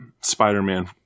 Spider-Man